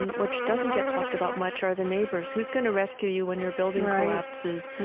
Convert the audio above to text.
and which doesn't get talked about much, are the neighbors. who's going to rescue you when your building collapses?